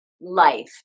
life